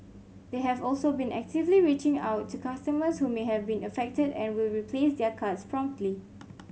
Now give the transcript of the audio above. they have also been actively reaching out to customers who may have been affected and will replace their cards promptly